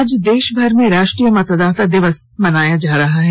आज देशभर में राष्ट्रीय मतदाता दिवस मनाया जा रहा है